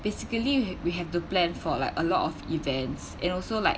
basically we have we have to plan for like a lot of events and also like